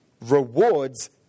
rewards